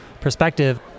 perspective